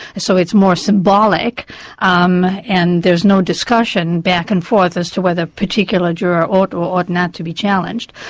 so it's more symbolic um and there's no discussion back and forth as to whether a particular juror ought, or ought not to be challenged.